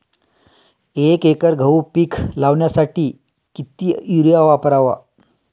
एक एकर गहू पीक लावण्यासाठी किती युरिया वापरावा?